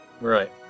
Right